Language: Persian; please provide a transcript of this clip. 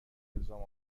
الزام